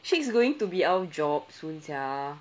syed's going to be out of job soon sia